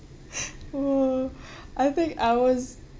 oh I think ours